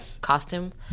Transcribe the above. costume